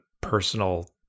personal